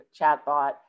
chatbot